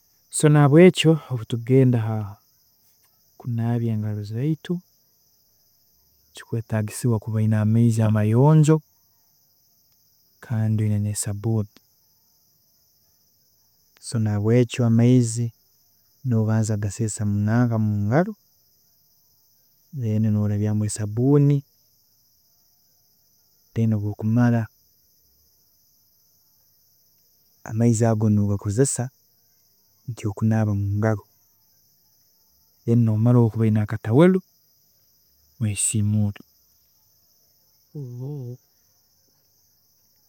﻿So nahabwekyo obutukugenda kunaaba engaro zaitu, nikikweetagisibwa kuba oyine amaizi amayonjo kandi oyine na sabuuni, so nahabwekyo amaizi nobanza kugaseesa mungaro then norabyaamu esabuuni then obu okumara amaizi ago nogakozesa kunaaba mungaro then nomara obu okuba oyine akatawero noyesiimuura